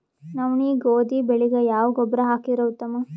ನವನಿ, ಗೋಧಿ ಬೆಳಿಗ ಯಾವ ಗೊಬ್ಬರ ಹಾಕಿದರ ಉತ್ತಮ?